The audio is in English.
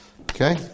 okay